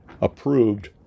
approved